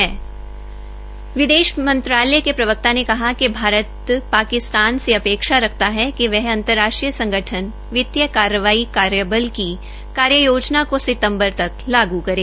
विदेश मंत्रालय के प्रवक्ता ने कहा कि भारत पाकिस्तार से अपेक्षा रखता है कि वह अंतरराष्ट्रीय संगठन वित्तीय कार्रवाई कार्यबल की कार्ययोजना को सितंबर तक लागू करे